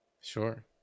Sure